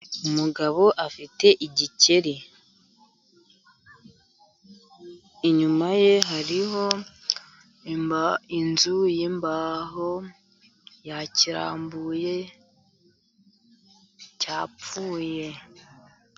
Umugabo afite igikeri. Inyuma ye hariho inzu y'imbaho. Yakirambuye cyapfuye.